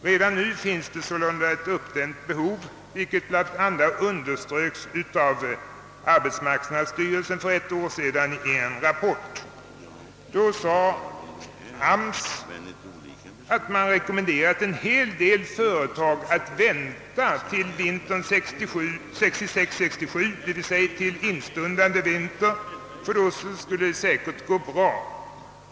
Redan nu finns det sålunda ett uppdämt behov, vilket bl.a. underströks av arbetsmarknadsstyrelsen för ett år sedan i en rapport. Då sade AMS att man rekommenderade en hel del företag att vänta till vintern 1966/ 1967, till instundande vinter, ty då skulle det säkert gå bra.